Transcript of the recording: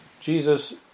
Jesus